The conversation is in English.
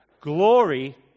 glory